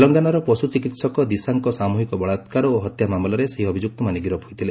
ତେଲେଙ୍ଗାନାର ପଶୁ ଚିକିତ୍ସକ ଦିଶାଙ୍କ ସାମ୍ଭିକ ବଳାକାର ଓ ହତ୍ୟା ମାମଲାରେ ସେହି ଅଭିଯୁକ୍ତମାନେ ଗିରଫ ହୋଇଥିଲେ